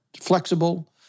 flexible